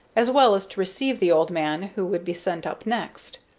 as well as to receive the old man, who would be sent up next.